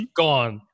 gone